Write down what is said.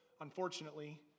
unfortunately